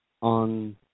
on